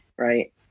right